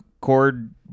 cord